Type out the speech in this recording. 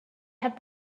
had